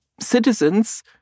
citizens